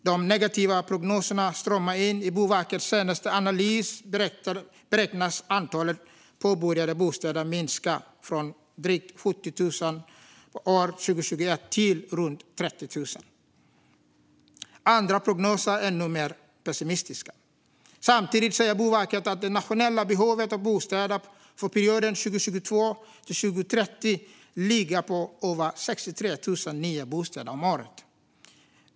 De negativa prognoserna strömmar in, och i Boverkets senaste analys beräknas antalet påbörjade bostäder minska från drygt 70 000 år 2021 till runt 30 000. Andra prognoser är ännu mer pessimistiska. Samtidigt säger Boverket att det nationella behovet av bostäder för perioden 2022-2030 ligger på över 63 000 nya bostäder om året.